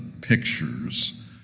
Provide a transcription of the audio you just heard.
pictures